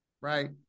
Right